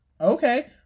Okay